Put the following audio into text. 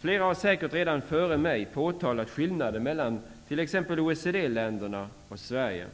Flera har säkert redan före mig påtalat skillnaden mellan t.ex. OECD-länderna och Sverige.